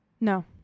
No